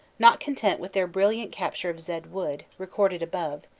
not content with their brilliant capture of zed wood, recorded above,